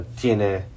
tiene